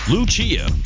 Lucia